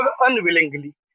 unwillingly